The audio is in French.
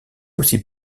aussi